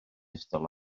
eistedd